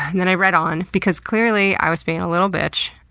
then i read on because clearly i was being a little bitch.